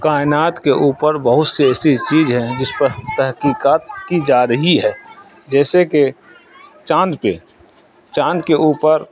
کائنات کے اوپر بہت سی ایسی چیز ہیں جس پر تحقیقات کی جا رہی ہے جیسے کہ چاند پہ چاند کے اوپر